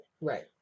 right